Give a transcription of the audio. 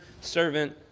servant